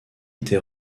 était